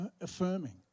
affirming